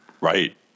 right